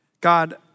God